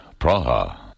Praha